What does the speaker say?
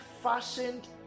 fashioned